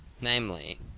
Namely